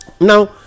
Now